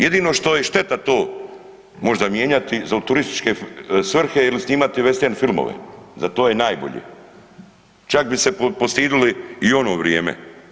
Jedino što je šteta to možda mijenjati za u turističke svrhe ili snimati vestern filmove, za to je najbolje, čak bi se postidili i u ono vrijeme.